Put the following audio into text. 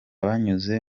banyuze